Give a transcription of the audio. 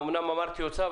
אמנם אמרתי משרד האוצר,